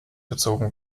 gezogen